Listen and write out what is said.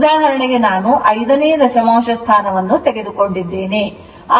ಉದಾಹರಣೆಗೆ ನಾನು ಐದನೇ ದಶಮಾಂಶ ಸ್ಥಾನವನ್ನು ತೆಗೆದುಕೊಂಡಿದ್ದೇನೆ